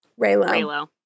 Raylo